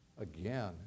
again